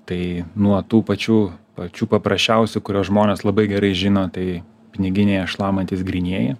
tai nuo tų pačių pačių paprasčiausių kuriuos žmonės labai gerai žino tai piniginėje šlamantys grynieji